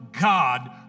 God